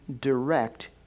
direct